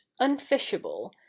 unfishable